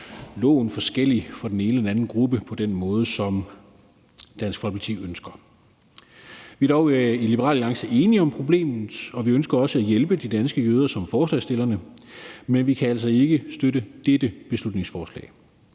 loven forskellig for den ene eller den anden gruppe på den måde, som Dansk Folkeparti ønsker. Vi er dog i Liberal Alliance enige i problemet, og vi ønsker også ligesom forslagsstillerne at hjælpe de danske jøder, men vi kan altså ikke støtte dette beslutningsforslag.